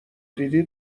دیدی